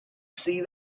see